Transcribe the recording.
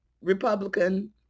Republican